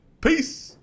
Peace